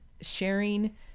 sharing